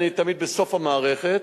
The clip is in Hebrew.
אני תמיד בסוף המערכת,